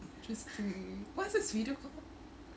just breathe what's the studio called by